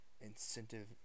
incentive